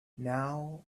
now